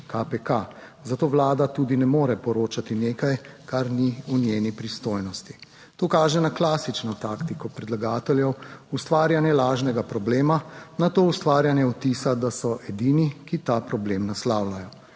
KPK, zato Vlada tudi ne more poročati nekaj, kar ni v njeni pristojnosti. To kaže na klasično taktiko predlagateljev: ustvarjanje lažnega problema, na to ustvarjanje vtisa, da so edini, ki ta problem naslavljajo,